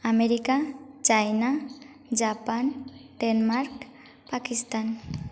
America China Japan Denmark Pakistan